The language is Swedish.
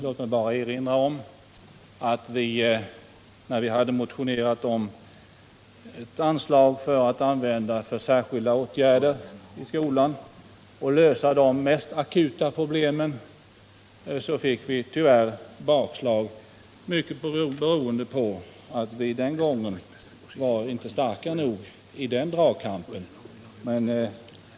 Låt mig bara erinra om att då vi motionerade om ett anslag till särskilda åtgärder i skolan för att lösa de mest akuta problemen fick vi tyvärr bakslag, mycket beroende på att vi inte var starka nog i den dragkampen.